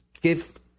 give